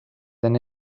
then